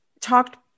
talked